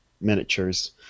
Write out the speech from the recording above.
miniatures